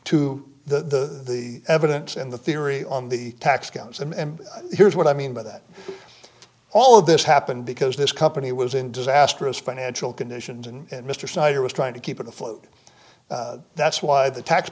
to the evidence and the theory on the tax counts and here's what i mean by that all of this happened because this company was in disastrous financial conditions and mr snyder was trying to keep it afloat that's why the tax